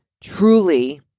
truly